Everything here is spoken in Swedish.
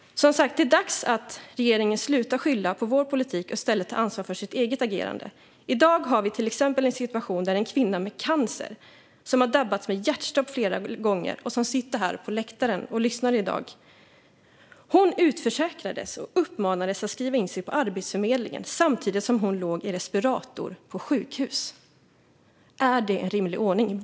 Det är dags att regeringen slutar skylla på vår politik och i stället tar ansvar för sitt eget agerande. I dag har vi till exempel en situation där en kvinna med cancer som har drabbats av hjärtstopp flera gånger, och som sitter här på läktaren och lyssnar i dag, utförsäkrades och uppmanades att skriva in sig på Arbetsförmedlingen samtidigt som hon låg i respirator på sjukhus. Är det en rimlig ordning?